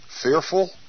Fearful